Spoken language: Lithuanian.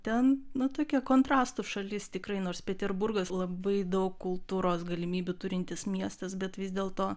ten na tokia kontrastų šalis tikrai nors peterburgas labai daug kultūros galimybių turintis miestas bet vis dėlto